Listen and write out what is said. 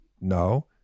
No